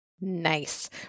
Nice